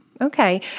Okay